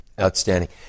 outstanding